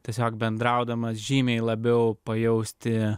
tiesiog bendraudamas žymiai labiau pajausti